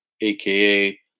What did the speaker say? aka